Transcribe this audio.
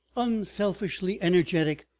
unselfishly energetic,